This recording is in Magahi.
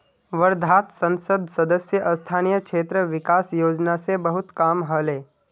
वर्धात संसद सदस्य स्थानीय क्षेत्र विकास योजना स बहुत काम ह ले